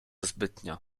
zbytnio